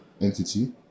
entity